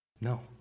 No